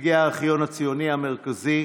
נציגי הארכיון הציוני המרכזי,